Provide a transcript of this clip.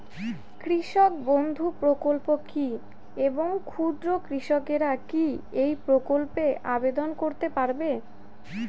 কৃষক বন্ধু প্রকল্প কী এবং ক্ষুদ্র কৃষকেরা কী এই প্রকল্পে আবেদন করতে পারবে?